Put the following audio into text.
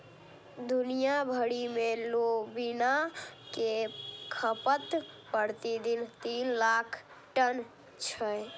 दुनिया भरि मे लोबिया के खपत प्रति दिन तीन लाख टन छै